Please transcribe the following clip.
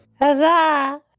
Huzzah